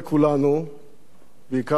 בעיקר למשפחתו, לחבריו,